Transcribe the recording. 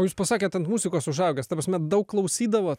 jūs pasakėt ant muzikos užaugęs ta prasme daug klausydavot